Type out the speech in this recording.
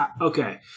okay